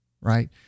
right